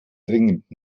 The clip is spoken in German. dringend